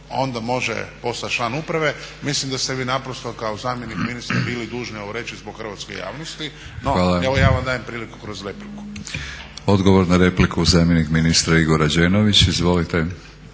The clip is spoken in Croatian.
onda može postat član uprave. Mislim da ste vi naprosto kao zamjenik ministra bili dužni ovo reći zbog hrvatske javnosti, no evo ja vam dajem priliku kroz repliku. **Batinić, Milorad (HNS)** Hvala. Odgovor na repliku, zamjenik ministra Igor Rađenović. Izvolite.